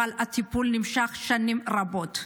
אבל הטיפול נמשך שנים רבות.